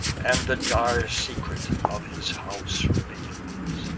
and the dire secret of his house reveals,